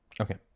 Okay